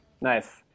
Nice